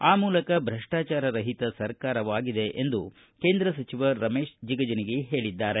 ಆ ಮೂಲಕ ಭ್ರಷ್ಟಾಚಾರ ರಹಿತ ಸರ್ಕಾರವಾಗಿದೆ ಎಂದು ಕೇಂದ್ರ ಸಚಿವ ರಮೇಶ ಜಿಗಜಿಣಗಿ ಹೇಳಿದ್ದಾರೆ